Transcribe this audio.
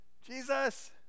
Jesus